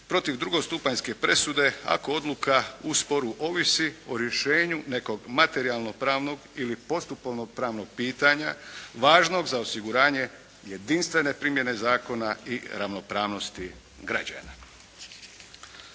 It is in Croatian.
protiv drugostupanjske presude ako odluka u sporu ovisi o rješenju nekog materijalnog pravnog ili postupovnog pravnog pitanja važnog za osiguranje jedinstvene primjene zakona i ravnopravnosti građana.